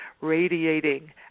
radiating